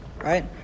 right